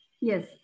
yes